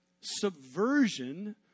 subversion